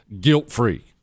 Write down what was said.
guilt-free